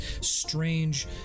strange